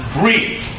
breathe